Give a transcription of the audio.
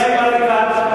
סאיב עריקאת,